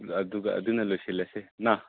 ꯑꯗꯨꯒ ꯑꯗꯨꯅ ꯂꯣꯏꯁꯤꯜꯂꯁꯦꯅ